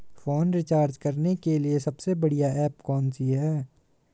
Phone recharge करने के लिए सबसे बढ़िया ऐप कौन सी है?